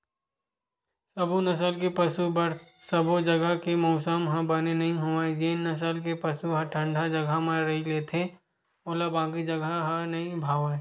सबो नसल के पसु बर सबो जघा के मउसम ह बने नइ होवय जेन नसल के पसु ह ठंडा जघा म रही लेथे ओला बाकी जघा ह नइ भावय